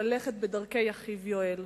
ללכת בדרכי אחיו יואל.